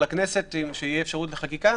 לכנסת כדי שתהיה אפשרות לחקיקה.